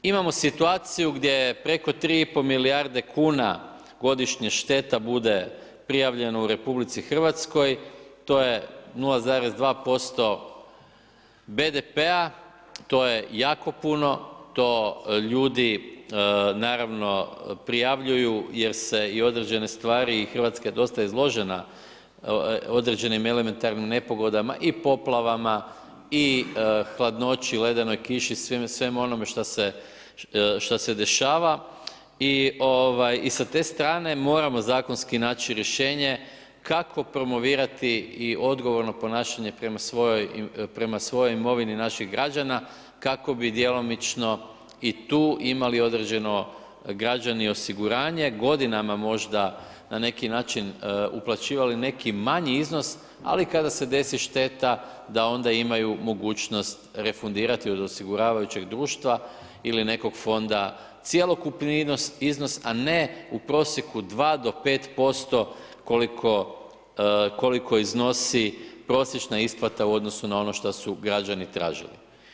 Imamo situaciju gdje je preko 3,5 milijarde kuna godišnje šteta bude prijavljeno u RH, to je 0,2% BDP-a, to je jako puno, to ljudi naravno prijavljuju jer se i određene stvari i Hrvatska je dosta izložena određenih elementarnim nepogodama i poplavama i hladnoći i ledenoj kiši, svemu onome što se dešava i sa te stran moramo zakonski naći rješenje kako promovirati i odgovorno ponašanje prema svoj imovini naših građana kako bi djelomično i tu imali određeno građani, osiguranje, godinama možda na neki način uplaćivali neki manji iznos ali kada se desi šteta da onda imaju mogućnost refundirati od osiguravajućeg društva ili nekog fonda cjelokupni iznos a ne u prosjeku 2 do 5% koliko iznosi prosječna isplata u odnosu na ono što su građani tražili.